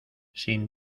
sin